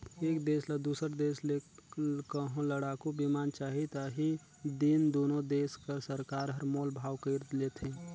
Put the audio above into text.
एक देस ल दूसर देस ले कहों लड़ाकू बिमान चाही ता ही दिन दुनो देस कर सरकार हर मोल भाव कइर लेथें